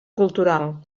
cultural